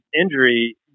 injury